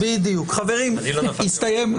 אני לא נפלתי בפח.